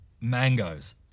mangoes